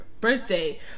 birthday